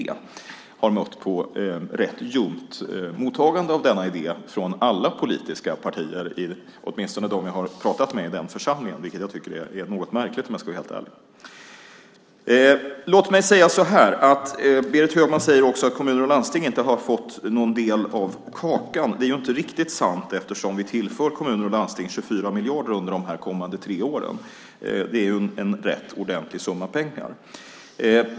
Jag har mött ett rätt ljumt mottagande av denna idé från alla politiska partier, åtminstone dem jag har pratat med, i den församlingen, vilket jag tycker är rätt märkligt om jag ska vara helt ärlig. Låt mig säga så här: Berit Högman säger att kommuner och landsting inte har fått någon del av kakan. Det är inte riktigt sant eftersom vi tillför kommuner och landsting 24 miljarder under de kommande tre åren. Det är en rätt ordentlig summa pengar.